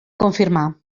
confirmar